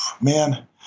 man